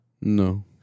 No